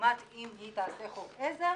לעומת אם היא תעשה חוק עזר,